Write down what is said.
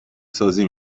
سازی